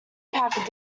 pack